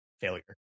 Failure